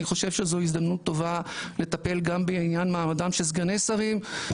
אני חושב שזו הזדמנות טובה לטפל גם בעניין מעמדם של סגני שרים,